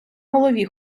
голові